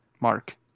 mark